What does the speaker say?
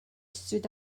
stood